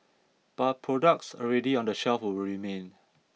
but products already on the shelves will remain